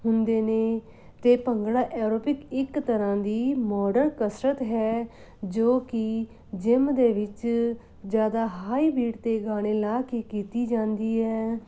ਹੁੰਦੇ ਨੇ ਅਤੇ ਭੰਗੜਾ ਐਰੋਪਿਕ ਇੱਕ ਤਰ੍ਹਾਂ ਦੀ ਮੋਡਰਨ ਕਸਰਤ ਹੈ ਜੋ ਕਿ ਜਿਮ ਦੇ ਵਿੱਚ ਜ਼ਿਆਦਾ ਹਾਈ ਬੀਟ 'ਤੇ ਗਾਣੇ ਲਾ ਕੇ ਕੀਤੀ ਜਾਂਦੀ ਹੈ